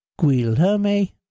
Guilherme